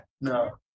no